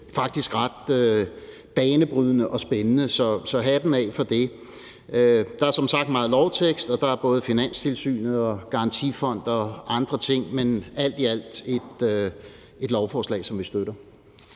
faktisk ret banebrydende og spændende, så hatten af for det. Der er som sagt meget lovtekst, og der er både Finanstilsynet, garantifond og andre ting, men alt i alt er det et lovforslag, som vi støtter.